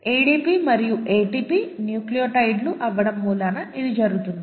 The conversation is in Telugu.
ADP మరియు ATP న్యూక్లియోటైడ్లు అవ్వడం మూలాన ఇది జరుగుతుంది